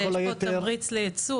מצד שני יש פה תמריץ לייצוא,